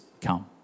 come